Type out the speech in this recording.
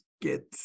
get